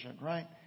right